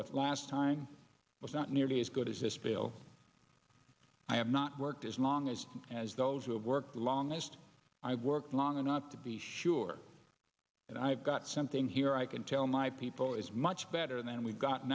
with last time was not nearly as good as this bill i have not worked as long as as those who have worked the longest i've worked long enough to be sure that i've got something here i can tell my people it's much better than we've got